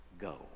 go